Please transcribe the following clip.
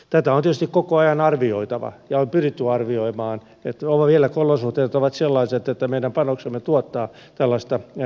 tätä on tietysti koko ajan arvioitava ja on pyritty arvioimaan ovatko olosuhteet vielä sellaiset että meidän panoksemme tuottaa tällaista myönteistä